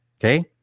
okay